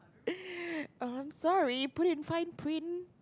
oh I'm sorry put in fine print